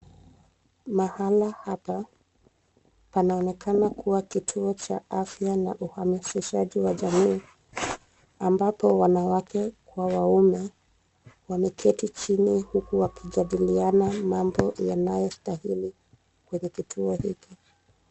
Mahala hapa, panaonekana kuwa kituo cha afya na uhamasishaji wa jamii. Ambapo wanawake kwa waume, wameketi chini huku wakijadiliana mambo yanayostahili kwenye kituo hiki.